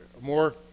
more